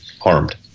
harmed